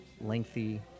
lengthy